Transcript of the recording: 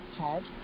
head